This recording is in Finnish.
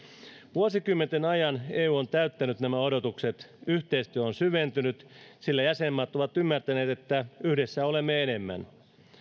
vuosikymmenten ajan eu on täyttänyt nämä odotukset yhteistyö on syventynyt sillä jäsenmaat ovat ymmärtäneet että yhdessä olemme enemmän